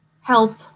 help